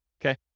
okay